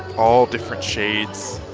all different shades,